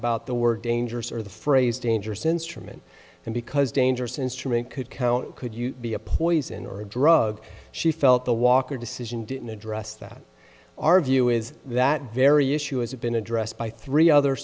about the word dangerous or the phrase dangerous instrument because dangerous instrument could count could you be a poison or a drug she felt the walker decision didn't address that our view is that very issue as have been addressed by three other